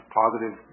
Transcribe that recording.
positive